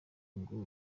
ngo